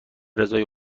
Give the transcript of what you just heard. رضای